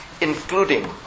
including